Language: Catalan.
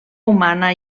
humana